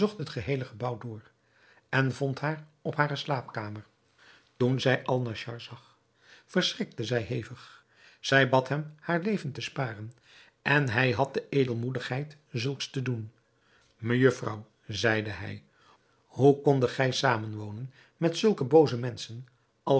het geheele gebouw door en vond haar op hare slaapkamer toen zij alnaschar zag verschrikte zij hevig zij bad hem haar leven te sparen en hij had de edelmoedigheid zulks te doen mejufvrouw zeide hij hoe kondet gij zamen wonen met zulke booze menschen